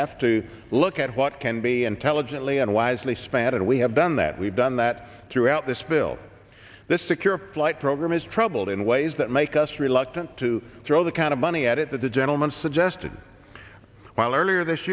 have to look at what can be intelligently and wisely spent and we have done that we've done that throughout this bill the secure flight program is troubled in ways that make us reluctant to throw the kind of money at it that the gentleman suggested while earlier this